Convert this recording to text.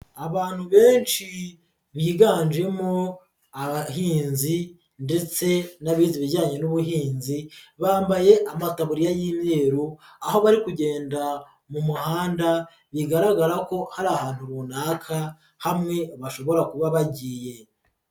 Abantu benshi biganjemo abahinzi ndetse n'abize ibijyanye n'ubuhinzi, bambaye amataburiya y'imyeru, aho bari kugenda mu muhanda, bigaragara ko hari ahantu runaka hamwe, bashobora kuba bagiye.